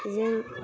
बेजों